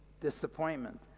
disappointment